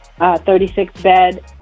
36-bed